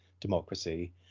democracy